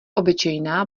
obyčejná